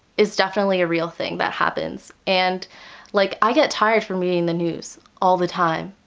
is definitely a real thing that happens and like i get tired from reading the news all the time,